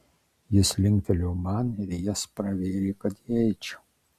jis linktelėjo man ir jas pravėrė kad įeičiau